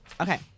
okay